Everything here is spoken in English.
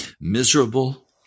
miserable